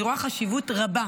אני רואה חשיבות רבה,